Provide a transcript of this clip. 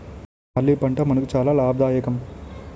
barley పంట మనకు చాలా లాభదాయకం